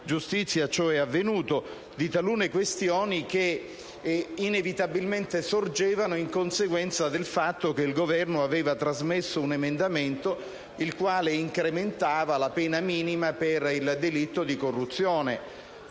fondatezza di talune questioni che inevitabilmente sorgevano in conseguenza del fatto che il Governo aveva trasmesso un emendamento il quale incrementava la pena minima per il delitto di corruzione,